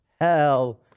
Hell